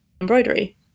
embroidery